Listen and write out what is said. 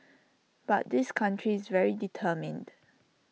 but this country is very determined